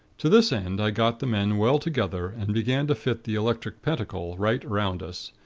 to this end, i got the men well together, and began to fit the electric pentacle right around us,